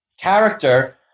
character